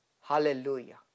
Hallelujah